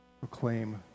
proclaim